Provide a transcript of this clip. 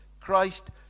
Christ